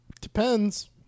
Depends